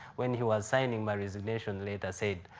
when he was signing my resignation letter, said,